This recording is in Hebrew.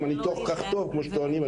אם הניתוח כל כך טוב כמו שטוענים,